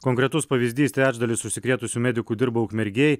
konkretus pavyzdys trečdalis užsikrėtusių medikų dirba ukmergėj